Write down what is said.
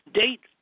date